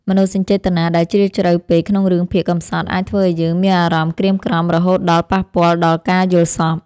មនោសញ្ចេតនាដែលជ្រាលជ្រៅពេកក្នុងរឿងភាគកម្សត់អាចធ្វើឱ្យយើងមានអារម្មណ៍ក្រៀមក្រំរហូតដល់ប៉ះពាល់ដល់ការយល់សប្តិ។